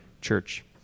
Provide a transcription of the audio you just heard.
church